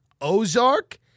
Ozark